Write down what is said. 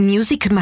Music